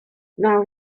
now